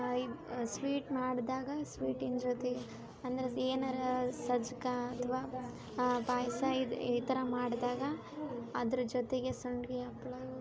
ಇದು ಸ್ವೀಟ್ ಮಾಡಿದಾಗ ಸ್ವೀಟಿನ ಜೊತಿಗೆ ಅಂದ್ರ ಏನಾರ ಸಜ್ಗಾ ಅಥವಾ ಪಾಯಸ ಈ ಈ ಥರ ಮಾಡಿದಾಗ ಅದ್ರ ಜೊತೆಗೆ ಸಂಡ್ಗಿ ಹಪ್ಳ ಈ ಥರ